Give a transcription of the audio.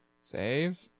Save